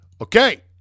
Okay